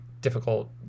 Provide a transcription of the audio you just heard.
difficult